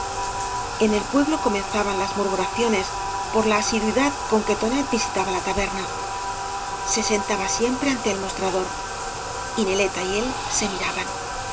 en el pueblo comenzaban las murmuraciones por la asiduidad con que tonet visitaba la taberna se sentaba siempre ante el mostrador y neleta y él se miraban